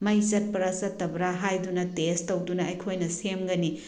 ꯃꯩ ꯆꯠꯄ꯭ꯔꯥ ꯆꯠꯇꯕ꯭ꯔꯥ ꯍꯥꯏꯗꯨꯅ ꯇꯦꯁ ꯇꯧꯗꯨꯅ ꯑꯩꯈꯣꯏꯅ ꯁꯦꯝꯒꯅꯤ